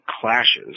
clashes